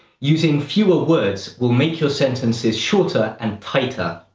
using fewer words will make your sentences shorter and tighter.